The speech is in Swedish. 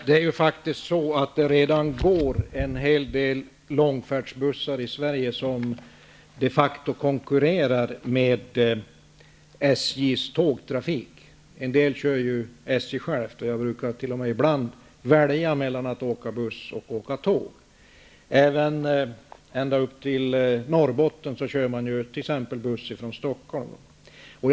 Herr talman! Det går redan en hel del långfärdsbussar i Sverige som de facto konkurrerar med SJ:s tågtrafik. En del kör ju SJ självt. Jag brukar själv ibland välja mellan att åka buss och att åka tåg. Man kör t.ex. buss från Stockholm och ända upp till Norrbotten.